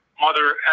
mother